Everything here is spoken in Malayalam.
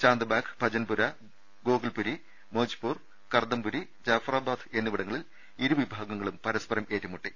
ചാന്ദ്ബാഗ് ഭജൻപുര ഗോകുൽപുരി മോജ്പൂർ കർദംപുരി ജാഫറാബാദ് എന്നിവിടങ്ങളിൽ ഇരു വിഭാഗങ്ങളും പര സ്പരം ഏറ്റുമുട്ടി